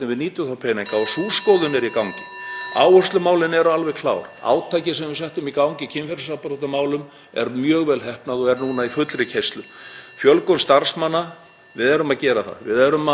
Fjölgun starfsmanna — við erum að gera það. Við erum að fara að fjölga starfsmönnum einmitt sérstaklega í þessum málaflokki. (Forseti hringir.) Það mun sjá sér stað síðar á þessu ári á grundvelli þeirra fjárveitinga sem við erum að fá.